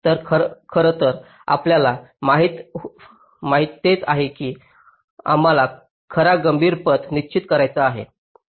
तर खरं तर आपल्याला पाहिजे तेच आहे की आम्हाला खरा गंभीर पथ निश्चित करायचा आहे का